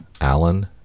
Allen